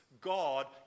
God